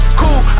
cool